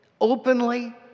openly